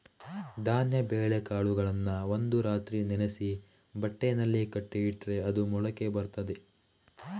ಧಾನ್ಯ ಬೇಳೆಕಾಳುಗಳನ್ನ ಒಂದು ರಾತ್ರಿ ನೆನೆಸಿ ಬಟ್ಟೆನಲ್ಲಿ ಕಟ್ಟಿ ಇಟ್ರೆ ಅದು ಮೊಳಕೆ ಬರ್ತದೆ